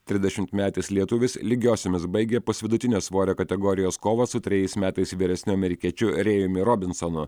trisdešimtmetis lietuvis lygiosiomis baigė pusvidutinio svorio kategorijos kovą su trejais metais vyresniu amerikiečiu rėjumi robinsonu